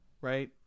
right